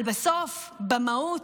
אבל בסוף, במהות,